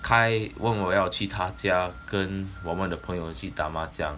kyle 问我要去他家跟我们的朋友去打麻将